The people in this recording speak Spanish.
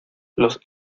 los